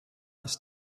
ist